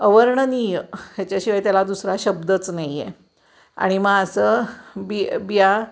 अवर्णनीय ह्याच्याशिवाय त्याला दुसरा शब्दच नाही आहे आणि मग असं बि बिया